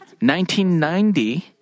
1990